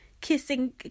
kissing